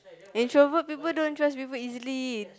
introvert people don't trust people easily